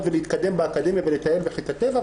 ולהתקדם באקדמיה ולטייל בחיק הטבע,